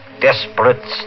desperate